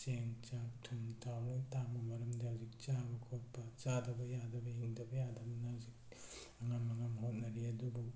ꯆꯦꯡ ꯆꯥꯛ ꯊꯨꯝ ꯊꯥꯎ ꯂꯣꯏ ꯇꯥꯡꯕ ꯃꯔꯝꯗ ꯍꯧꯖꯤꯛ ꯆꯥꯕ ꯈꯣꯠꯄ ꯆꯥꯗꯕ ꯌꯥꯗꯕ ꯍꯤꯡꯗꯕ ꯌꯥꯗꯕꯅꯤꯅ ꯍꯧꯖꯤꯛ ꯑꯉꯝ ꯑꯉꯝꯕ ꯍꯣꯠꯅꯔꯤ ꯑꯗꯨꯕꯨ